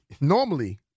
Normally